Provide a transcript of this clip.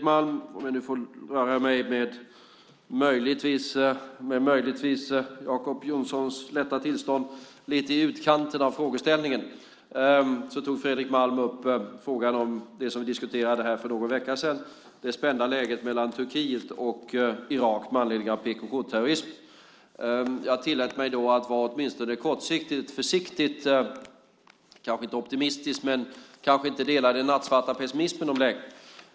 Om jag, möjligtvis med Jacob Johnsons lätta tillstånd, får röra mig lite i utkanten av frågeställningen tog Fredrik Malm upp frågan om det vi diskuterade här för någon vecka sedan, det spända läget mellan Turkiet och Irak med anledning av PKK-terrorismen. Jag tillät mig då att vara åtminstone kortsiktigt försiktigt, kanske inte optimistisk men jag kanske inte delar den nattsvarta pessimismen om läget.